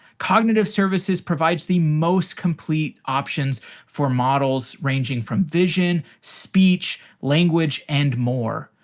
cognitive services provides the most complete options for models ranging from vision, speech, language, and more.